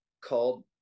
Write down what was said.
called